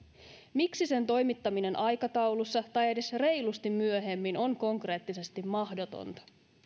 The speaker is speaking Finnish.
miksi sen toimittaminen aikataulussa tai edes reilusti myöhemmin on konkreettisesti mahdotonta